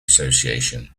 association